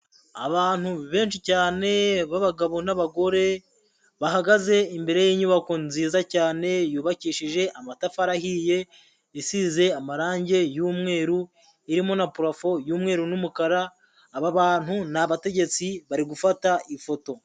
Abantu benshi cyane b'abagabo n'abagore bahagaze imbere y'inyubako nziza cyane yubakishije amatafari ahiye, isize amarange y'umweru irimo na parofo y'umweru n'umukara, aba bantu ni abategetsi bari gufata ifoto.